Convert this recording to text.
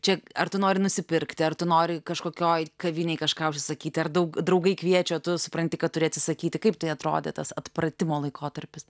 čia ar tu nori nusipirkti ar tu nori kažkokioj kavinėj kažką užsisakyti ar daug draugai kviečia o tu supranti kad turi atsisakyti kaip tai atrodė tas atpratimo laikotarpis